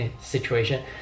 situation